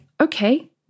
okay